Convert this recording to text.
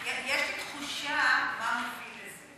יש לי תחושה מה מוביל לזה.